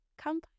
come